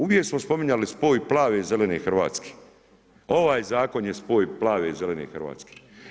Uvijek smo spominjali spoj plave i zelene Hrvatske, ovaj zakon je spoj plave i zelene Hrvatske.